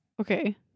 Okay